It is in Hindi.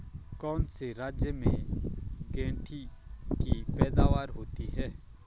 कौन से राज्य में गेंठी की पैदावार होती है?